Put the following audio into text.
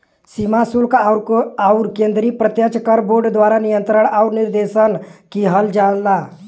सीमा शुल्क आउर केंद्रीय प्रत्यक्ष कर बोर्ड द्वारा नियंत्रण आउर निर्देशन किहल जाला